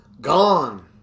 Gone